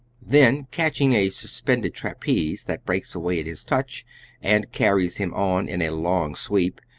then catching a suspended trapeze that breaks away at his touch and carries him on in a long sweep,